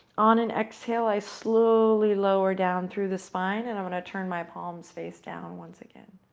on an exhale, i slowly lower down through the spine and i'm going to turn my palms face down once again.